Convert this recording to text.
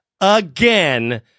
again